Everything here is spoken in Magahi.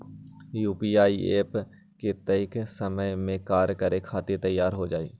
यू.पी.आई एप्प कतेइक समय मे कार्य करे खातीर तैयार हो जाई?